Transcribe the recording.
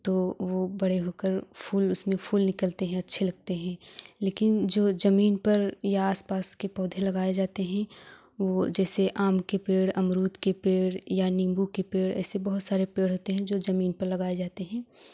तो वो बड़े होकर फूल उसमें फूल निकलते हैं अच्छे लगते हैं लेकिन जो जमीन पर या आस पास के पौधे लगाए जाते हैं वो जैसे आम के पेड़ अमरूद के पेड़ या नींबू के पेड़ ऐसे बहुत सारे पेड़ होते हैं जो जमीन पर लगाए जाते हैं